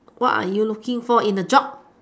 what are you looking for in a job